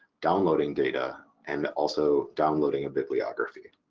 downloading data, and also downloading a bibliography.